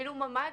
אפילו ממ"דים,